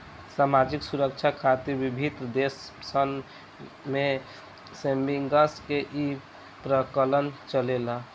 सामाजिक सुरक्षा खातिर विभिन्न देश सन में सेविंग्स के ई प्रकल्प चलेला